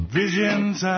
visions